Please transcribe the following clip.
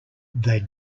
they